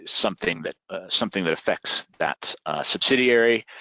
something that ah something that affects that subsidiary.